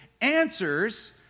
answers